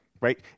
right